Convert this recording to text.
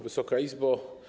Wysoka Izbo!